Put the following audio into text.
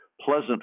pleasant